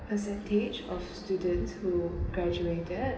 percentage of students who graduated